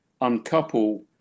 uncouple